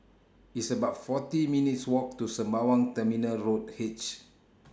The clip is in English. It's about forty minutes' Walk to Sembawang Terminal Road H